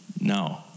No